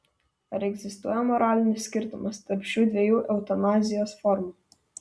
ar egzistuoja moralinis skirtumas tarp šių dviejų eutanazijos formų